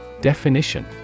Definition